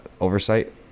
oversight